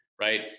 right